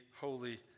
holy